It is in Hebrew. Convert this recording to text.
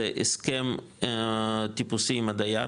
זה הסכם טיפוסי עם הדייר,